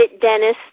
Dennis